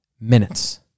minutes